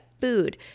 food